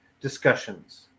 discussions